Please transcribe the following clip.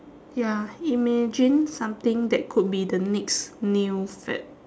ya imagine something that could be the next new fad